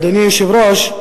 אדוני היושב-ראש,